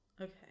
Okay